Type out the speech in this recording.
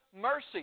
mercy